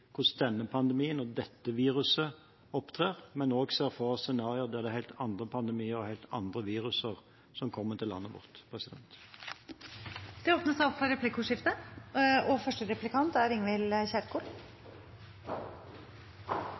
hvordan denne pandemien og dette viruset opptrer, men også ser for oss scenarioer der det er helt andre pandemier og helt andre virus som kommer til landet vårt. Det blir replikkordskifte. Det er lett å forstå at det er